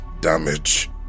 damage